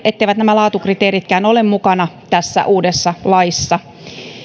etteivät nämä laatukriteeritkään ole mukana tässä uudessa laissa